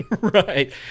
Right